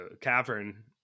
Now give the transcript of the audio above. cavern